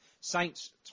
Saints